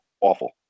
awful